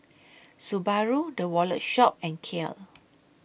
Subaru The Wallet Shop and Kiehl's